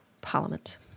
parliament